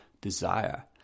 desire